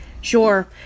Sure